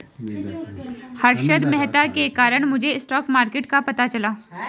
हर्षद मेहता के कारण मुझे स्टॉक मार्केट का पता चला